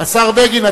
השר בגין,